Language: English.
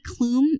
Klum